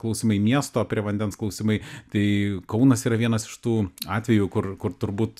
klausimai miesto prie vandens klausimai tai kaunas yra vienas iš tų atvejų kur kur turbūt